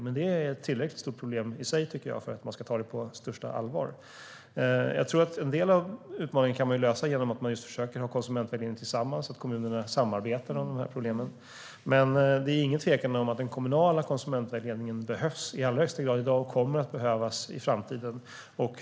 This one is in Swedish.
Men det är ett tillräckligt stort problem i sig, tycker jag, för att vi ska ta det på största allvar. Jag tror att man kan lösa en del av utmaningarna genom att kommunerna samarbetar och försöker ha konsumentvägledning tillsammans, för det är ingen tvekan om att den kommunala konsumentvägledningen i allra högsta grad behövs i dag och kommer att behövas i framtiden.